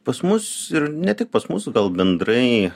pas mus ir ne tik pas mus gal bendrai